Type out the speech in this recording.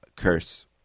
curse